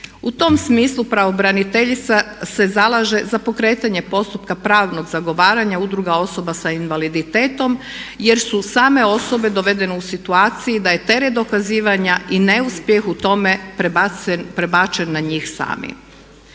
U tom smislu pravobraniteljica se zalaže za pokretanje postupka pravnog zagovaranja udruga osoba sa invaliditetom jer su same osobe dovedene u situaciju da je teret dokazivanja i neuspjeh u tome prebačen na njih same.